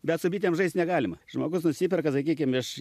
bet su bitėm žaist negalima žmogus nusiperka sakykim iš